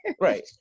right